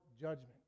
judgment